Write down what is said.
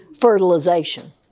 fertilization